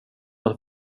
att